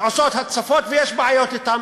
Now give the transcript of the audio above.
והצפות, ויש בעיות אתן.